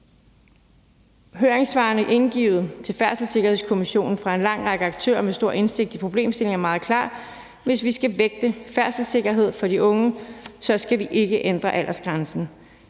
Høringssvarene indgivet til Færdselssikkerhedskommissionen fra lang række aktører med stor indsigt i problemstillingen er meget klar: Hvis vi skal vægte færdselssikkerhed for de unge, skal vi ikke ændre aldersgrænsen.